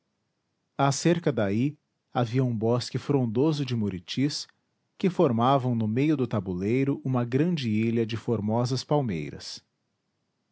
cerca daí havia um bosque frondoso de muritis que formavam no meio do tabuleiro uma grande ilha de formosas palmeiras